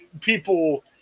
people